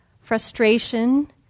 frustration